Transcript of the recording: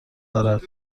دارد